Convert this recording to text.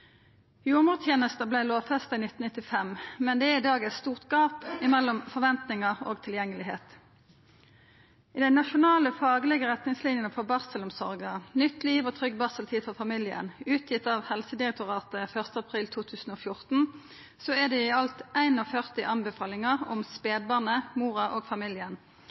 Jordmortenesta vart lovfesta i 1995, men det er i dag eit stort gap mellom forventingar og tilgjengelegheit. I den nasjonale faglege retningslinja for barselomsorga, Nytt liv og trygg barseltid for familien, utgitt av Helsedirektoratet i april 2014, er det i alt 41 anbefalingar om spedbarnet, mora og familien,